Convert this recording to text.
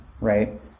right